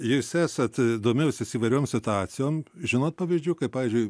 jūs esat domėjusis įvairiom situacijom žinot pavyzdžių kai pavyzdžiui